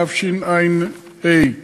התשע"ו 2015,